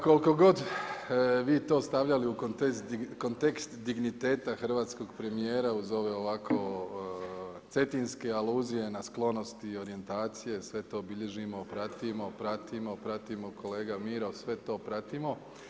Koliko ga vi to stavljali u kontekst digniteta hrvatskoga premijera uz ove ovako cetinske aluzije na sklonosti i orijentacije, sve to bilježimo, pratimo, pratimo, pratimo kolega Miro, sve to pratimo.